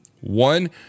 One